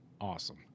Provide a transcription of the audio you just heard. awesome